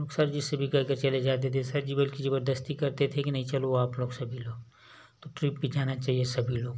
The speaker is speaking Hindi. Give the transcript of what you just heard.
हम लोग सर जिससे भी करके चले जाते थे सर जी बल्कि जबरदस्ती करते थे कि नहीं चलो आप लोग सभी लोग तो ट्रिप पर जाना चाहिए सभी लोग को